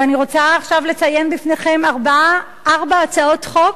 ואני רוצה עכשיו לציין בפניכם ארבע הצעות חוק